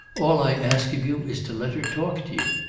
all i ask of you is to let her talk to you.